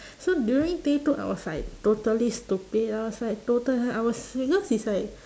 so during day two I was like totally stupid lor I was like tota~ I was because is like